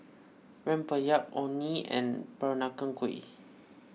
Rempeyek Orh Nee and Peranakan Kueh